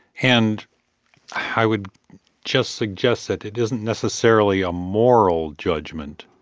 and i would just suggest that it isn't necessarily a moral judgment